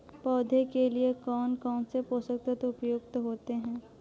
पौधे के लिए कौन कौन से पोषक तत्व उपयुक्त होते हैं?